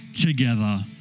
together